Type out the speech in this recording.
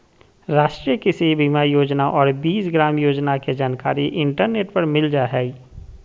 राष्ट्रीय कृषि बीमा योजना और बीज ग्राम योजना के जानकारी इंटरनेट पर मिल जा हइ